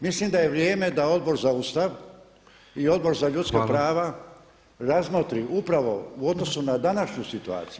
Mislim da je vrijeme da Odbor za Ustav i Odbor za ljudska prava razmotri upravo u odnosu na današnju situaciju.